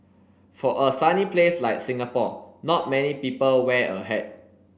for a sunny place like Singapore not many people wear a hat